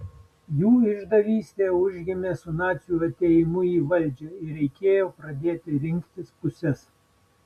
jų išdavystė užgimė su nacių atėjimu į valdžią ir reikėjo pradėti rinktis puses